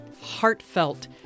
heartfelt